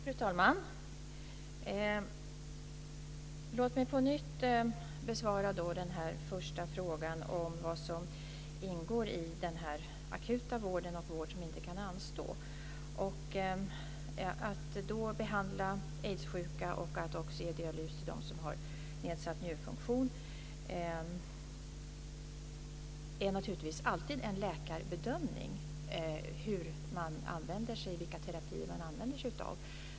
Fru talman! Låt mig på nytt besvara den första frågan om vad som ingår i akut vård och vård som inte kan anstå. Att behandla aidssjuka och ge dialys till dem som har nedsatt njurfunktion är naturligtvis alltid en läkarbedömning. De bedömer vilka terapier man ska använda sig av.